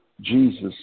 Jesus